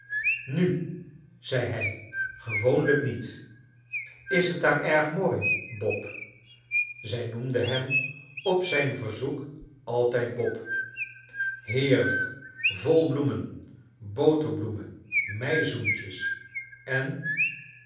nu zei hij gewoonlijk niet is t daar erg mooi bob zij i noemde hem op zijn verzoek altijd j bob j hoerlijk vol bloemen bolerbloemen meizoenijes en